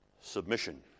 submission